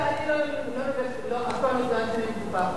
אני אף פעם לא אמרתי שאני מקופחת.